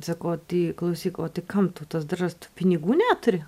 sako o tai klausyk o tai kam tau tas diržas tų pinigų neturi